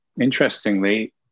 interestingly